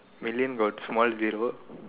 million got small zero